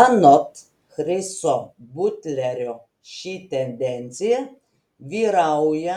anot chriso butlerio ši tendencija vyrauja